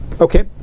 Okay